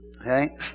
Okay